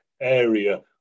area